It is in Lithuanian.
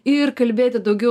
ir kalbėti daugiau